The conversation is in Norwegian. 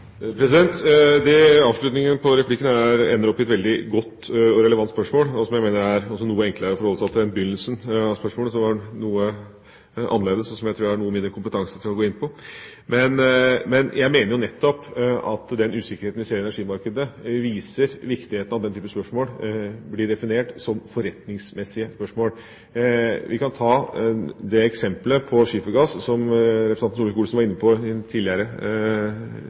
på replikken ender opp i et godt og relevant spørsmål som jeg mener er noe enklere å forholde seg til enn begynnelsen av spørsmålet som var noe annerledes, og som jeg tror jeg har noe mindre kompetanse til å gå inn på. Jeg mener at den usikkerheten vi ser i energimarkedet, viser viktigheten av at denne type spørsmål blir definert som forretningsmessige spørsmål. Vi kan ta det eksempelet på skifergass, som representanten Solvik-Olsen var inne på i en tidligere